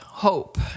hope